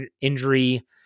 injury